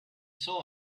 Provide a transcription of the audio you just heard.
saw